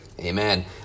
Amen